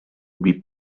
lui